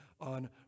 on